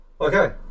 Okay